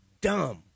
dumb